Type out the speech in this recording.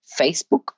Facebook